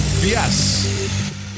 Yes